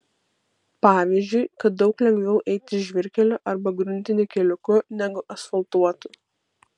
pavyzdžiui kad daug lengviau eiti žvyrkeliu arba gruntiniu keliuku negu asfaltuotu